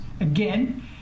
Again